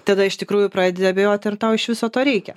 tada iš tikrųjų pradedi abejoti ar tau iš viso to reikia